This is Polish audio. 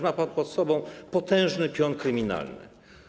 Ma pan pod sobą potężny pion kryminalny.